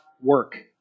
work